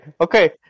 okay